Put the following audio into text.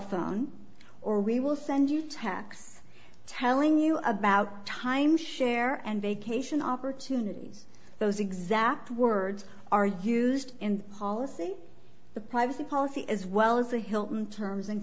phone or we will send you tax telling you about timeshare and vacation opportunities those exact words are used in policy the privacy policy as well as the hilton terms and